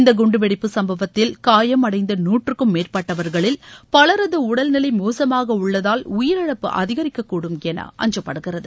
இந்த குண்டுவெடிப்பு சம்பவத்தில் காயம் அடைந்த நூற்றுக்கும் மேற்பட்டவர்களில் பவரது உடல் நிலை மோசமாக உள்ளதால் உயிரிழப்பு அதிகரிக்கக்கூடும் என அஞ்சப்படுகிறது